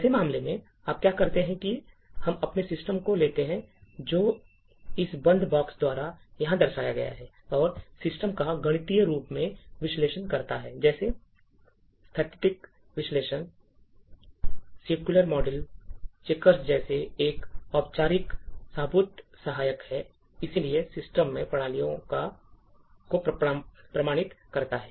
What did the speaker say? ऐसे मामले में आप क्या कहते हैं कि हम अपने सिस्टम को लेते हैं जो इस बंद बॉक्स द्वारा यहां दर्शाया गया है और सिस्टम का गणितीय रूप से विश्लेषण करता है जैसे स्थैतिक विश्लेषण सीओक्यू मॉडल चेकर्स जैसे एक औपचारिक सबूत सहायक और इसलिए सिस्टम को प्रमाणित करता है